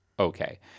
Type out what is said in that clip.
Okay